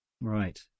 Right